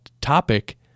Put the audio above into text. topic